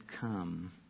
come